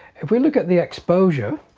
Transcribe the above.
if we look at the exposure